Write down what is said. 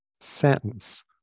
sentence